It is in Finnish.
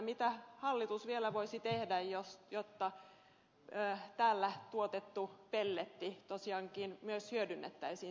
mitä hallitus vielä voisi tehdä jotta täällä tuotettu pelletti tosiaankin myös hyödynnettäisiin suomessa